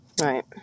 Right